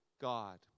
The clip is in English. God